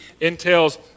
entails